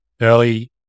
early